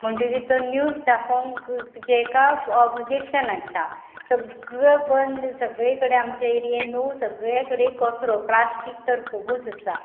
म्हणटकीर तो न्यूज दाखोवंक जेका ऑबजेक्शन हाडटा सगळें बंद सगळे कडेन आमचे एरियेन सगळे कडेन कचरो प्लास्टीक तर खुबूच आसा